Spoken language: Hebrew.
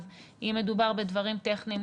אז אם מדובר בדברים טכניים,